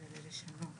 זה תגמול למחוסרי פרנסה.